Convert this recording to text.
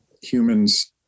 humans